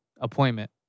appointment